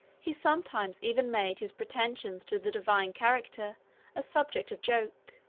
he sometimes even made his pretensions to the divine character a subject of joke.